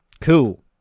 Cool